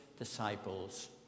disciples